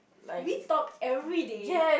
we talk everyday